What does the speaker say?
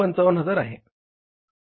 ते 2155000 आहे